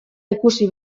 ikusi